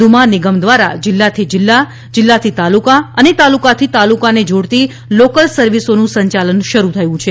વધુમાં નિગમ દ્વારા જીલ્લાથી જીલ્લા જીલ્લાથી તાલુકા અને તાલુકાથી તાલુકાને જોડતી લોકલ સર્વિસોનું સંચાલન શરૂ થયું છે